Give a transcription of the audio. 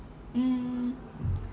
mm